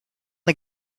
the